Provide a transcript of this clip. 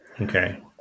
okay